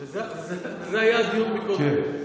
וזה היה הדיון קודם.